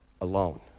alone